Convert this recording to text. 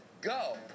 go